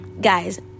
guys